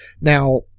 Now